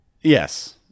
Yes